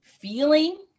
Feeling